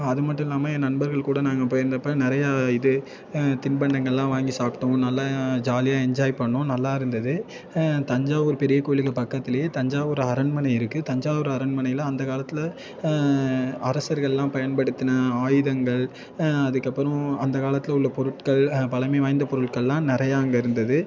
அது மட்டுல்லாமல் என் நண்பர்கள் கூட நாங்கள் போயிருந்தப்போ நிறையா இது தின்பண்டங்களெலாம் வாங்கி சாப்பிட்டோம் நல்லா ஜாலியாக என்ஜாய் பண்ணிணோம் நல்லாயிருந்தது தஞ்சாவூர் பெரிய கோயிலுக்கு பக்கத்திலேயே தஞ்சாவூர் அரண்மனை இருக்குது தஞ்சாவூர் அரண்மனையில் அந்த காலத்தில் அரசர்களெலாம் பயன்படுத்தின ஆயுதங்கள் அதுக்கப்புறம் அந்த காலத்தில் உள்ள பொருட்கள் பழமை வாய்ந்த பொருட்களெலாம் நிறையா அங்கே இருந்தது